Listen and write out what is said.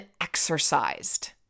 exercised